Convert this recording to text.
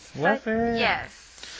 Yes